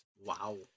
Wow